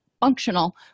functional